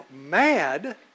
mad